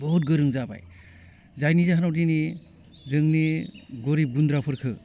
बुहुत गोरों जाबाय जायनि जाहोनाव दिनै जोंनि गरिब गुन्द्राफोरखो